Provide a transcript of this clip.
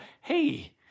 Hey